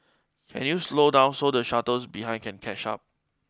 can you slow down so the shuttles behind can catch up